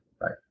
Right